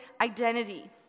identity